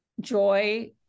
joy